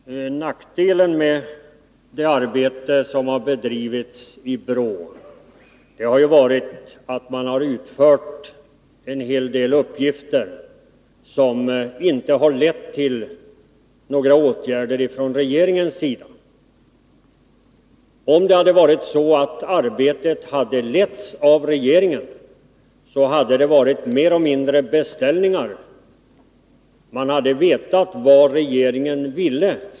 Herr talman! Nackdelen med det arbete som har bedrivits i BRÅ har varit att man har utfört en hel del uppgifter som inte har lett till några åtgärder från regeringens sida. Om arbetet hade letts av regeringen hade det mer eller mindre varit fråga om beställningar. Man hade vetat vad regeringen ville.